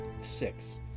Six